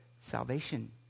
salvation